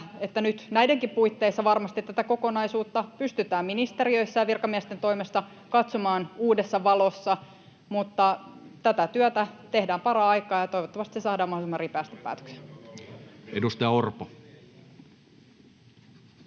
näidenkin puitteissa varmasti tätä kokonaisuutta pystytään ministeriöissä ja virkamiesten toimesta katsomaan uudessa valossa, mutta tätä työtä tehdään paraikaa ja toivottavasti se saadaan mahdollisimman ripeästi päätökseen. [Speech 372]